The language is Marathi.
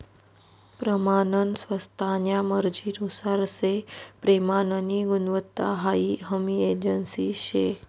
प्रमानन स्वतान्या मर्जीनुसार से प्रमाननी गुणवत्ता हाई हमी एजन्सी शे